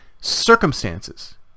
circumstances